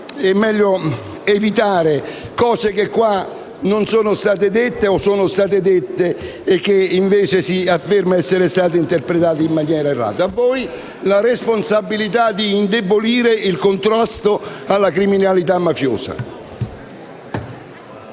di citare cose che in questa sede non sono state dette, o che sono state dette e si afferma essere state interpretate in maniera errata. A voi la responsabilità di indebolire il contrasto alla criminalità mafiosa.